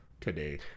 today